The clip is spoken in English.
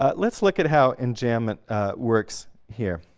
ah let's look at how enjambment works here.